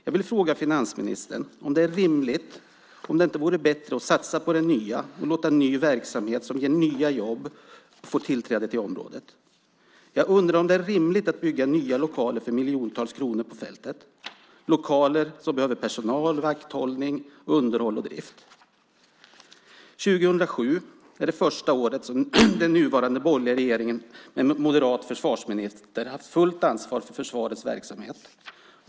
Jag vill fråga finansministern om det inte vore bättre att satsa på det nya och låta ny verksamhet som ger nya jobb få tillträde till området. Jag undrar om det är rimligt att bygga nya lokaler för miljontals kronor på fältet. Dessa lokaler behöver personal, vakthållning, underhåll och drift. År 2007 är det första år som den nuvarande borgerliga regeringen med en moderat försvarsminister haft fullt ansvar för försvarets verksamhet.